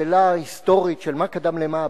שאלה היסטורית של מה קדם למה,